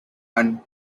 and